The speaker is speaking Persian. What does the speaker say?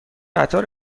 قطار